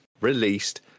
released